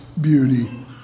beauty